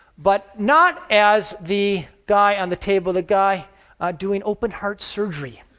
but not as the guy on the table the guy doing open-heart surgery.